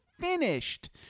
finished